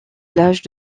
plages